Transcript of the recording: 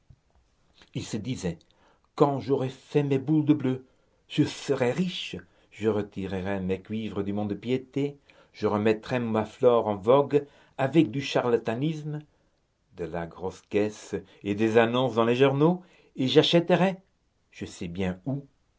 il se disait quand j'aurai fait mes boules de bleu je serai riche je retirerai mes cuivres du mont-de-piété je remettrai ma flore en vogue avec du charlatanisme de la grosse caisse et des annonces dans les journaux et j'achèterai je sais bien où